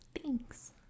thanks